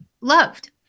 loved